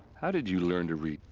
how did you learn to read.